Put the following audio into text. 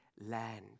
land